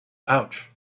pouch